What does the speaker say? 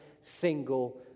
single